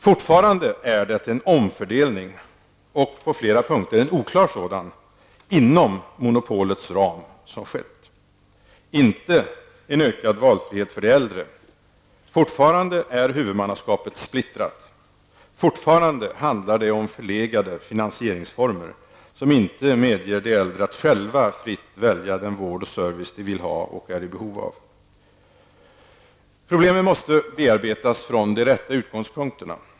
Fortfarande är det en omfördelning -- och på flera punkter en oklar sådan -- inom monopolets ram som skett, inte en ökad valfrihet för de äldre. Fortfarande är huvudmannskapet splittrat. Fortfarande handlar det om förlegade finansieringsformer, som inte medger de äldre att själva fritt välja den vård och service de vill ha och är i behov av. Problemen måste bearbetas från de rätta utgångspunkterna.